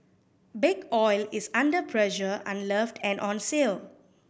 Big Oil is under pressure unloved and on sale